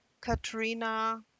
Katrina